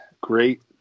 Great